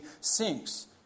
sinks